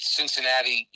Cincinnati